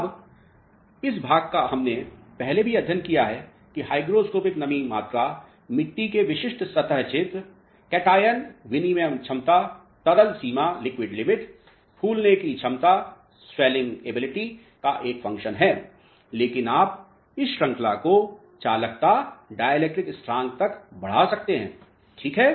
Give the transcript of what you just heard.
अब इस भाग का हमने पहले भी अध्ययन किया है कि हाइग्रोस्कोपिक नमी मात्रा मिट्टी के विशिष्ट सतह क्षेत्र कटियन विनिमय क्षमता तरल सीमा फूलने की क्षमता का एक फंक्शन है लेकिन आप इस श्रृंखला को चालकता और डाई इलेक्ट्रिक स्थरांक तक बढ़ा सकते है ठीक हैं